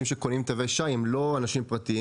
שקונים תווי שי הם לא אנשים פרטיים,